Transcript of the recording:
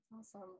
awesome